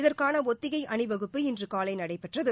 இதற்கான ஒத்திகை அணிவகுப்பு இன்று காலை நடைபெற்றது